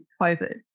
COVID